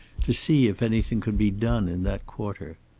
to see if anything could be done in that quarter!